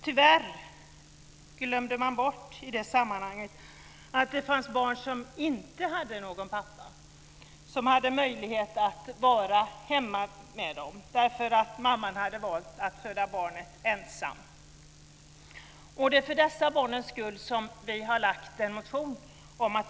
Tyvärr glömde man i det sammanhanget bort att det fanns barn som inte hade någon pappa som hade möjlighet att vara hemma med dem därför att mamman hade valt att föda barnet ensam. Det är för de barnens skull som vi har väckt en motion.